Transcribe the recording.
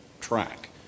track